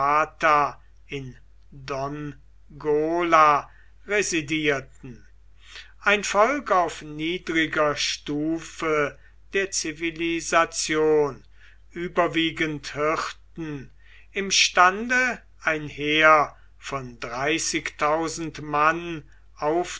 in dongola residierten ein volk auf niedriger stufe der zivilisation überwiegend hirten imstande ein heer von mann